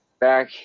back